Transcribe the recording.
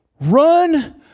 Run